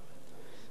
אני חושב,